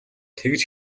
тэгж